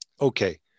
Okay